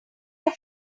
your